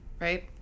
right